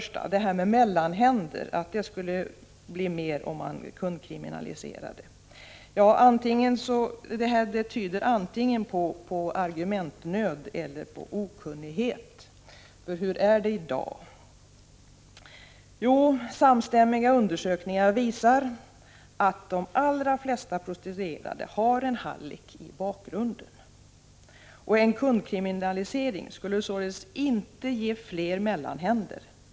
sade han att det skulle bli fler mellanhänder, om man kundkriminaliserade. Detta tyder antingen på argumentnöd eller också på okunnighet. För hur är det i dag? Jo, samstämmiga undersökningar visar att de allra flesta prostituerade har en hallick i bakgrunden. En kundkriminalisering skulle således inte ge fler mellanhänder.